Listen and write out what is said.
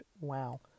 wow